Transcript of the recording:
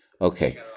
okay